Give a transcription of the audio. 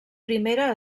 primera